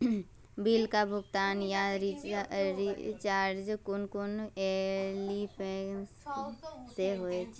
Bill का भुगतान या रिचार्ज कुन कुन एप्लिकेशन से होचे?